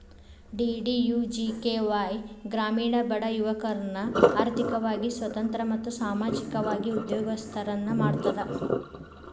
DDUGKY ಗ್ರಾಮೇಣ ಬಡ ಯುವಕರ್ನ ಆರ್ಥಿಕವಾಗಿ ಸ್ವತಂತ್ರ ಮತ್ತು ಸಾಮಾಜಿಕವಾಗಿ ಉದ್ಯೋಗಸ್ತರನ್ನ ಮಾಡ್ತದ